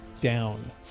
down